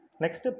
Next